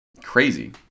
crazy